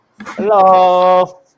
Hello